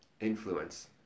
influence